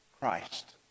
Christ